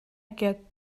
get